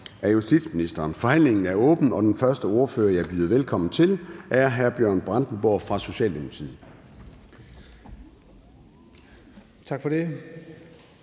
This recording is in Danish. (Søren Gade): Forhandlingen er åbnet, og den første ordfører, jeg byder velkommen til, er hr. Bjørn Brandenborg fra Socialdemokratiet.